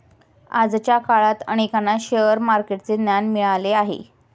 आजच्या काळात अनेकांना शेअर मार्केटचे ज्ञान मिळाले आहे